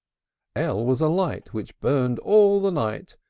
l was a light which burned all the night,